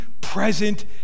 present